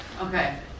Okay